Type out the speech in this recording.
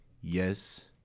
Yes